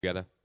Together